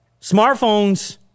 Smartphones